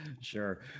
Sure